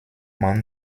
man